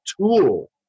tool